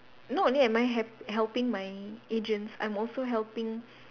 not only am I hep~ helping my agents I'm also helping